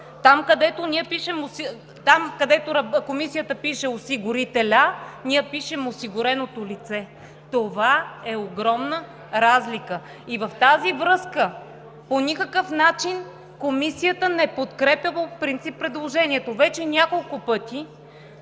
Там, където Комисията пише „осигурителя“, ние пишем „осигуреното лице“. Това е огромна разлика. В тази връзка по никакъв начин Комисията не подкрепя по принцип предложението. Вече няколко пъти